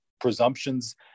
presumptions